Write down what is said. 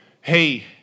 Hey